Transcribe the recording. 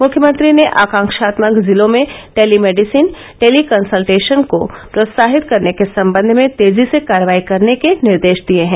मुख्यमंत्री ने आकांक्रात्मक जिलों में टेलीमेडिसिन टेली कंसल्टेशन को प्रोत्साहित करने के सम्बन्ध में तेजी से कार्यवाही करने के निर्देश दिए हैं